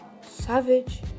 Savage